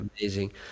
Amazing